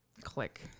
Click